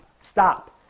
stop